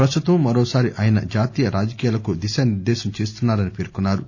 ప్రస్తుతం మరోసారి ఆయన జాతీయ రాజకీయాలకు దశానిర్దేశం చేస్తున్నా రని పేర్కొన్నా రు